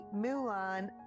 Mulan